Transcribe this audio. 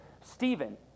Stephen